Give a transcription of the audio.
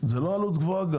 זאת גם לא עלות גבוהה,